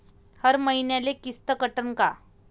हर मईन्याले किस्त कटन का?